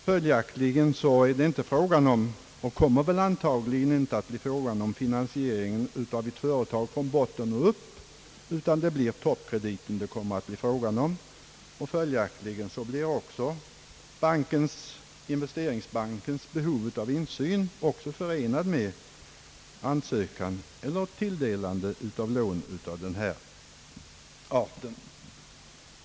Följaktligen är det inte fråga om och kommer antagligen inte att bli fråga om en finansiering av ett företag från botten utan endast fråga om toppkrediten. Således blir också invsteringsbankens behov av insyn förenat med ansökan eller tilldelning av lån av den här arten.